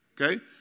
Okay